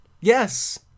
yes